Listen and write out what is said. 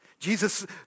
Jesus